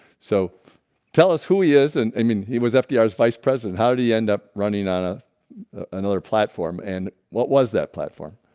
so tell us who he is and i mean he was fdr's vice president, how did he end up running on a another platform and what was that platform?